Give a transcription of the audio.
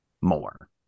more